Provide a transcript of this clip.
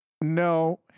no